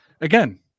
again